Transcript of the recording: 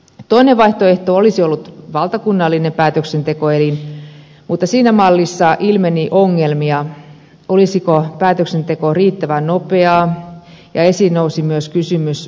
toinen vaihtoehto olisi ollut valtakunnallinen päätöksentekoelin mutta siinä mallissa ilmeni ongelmia olisiko päätöksenteko riittävän nopeaa ja esiin nousi myös kysymys perustuslainmukaisuudesta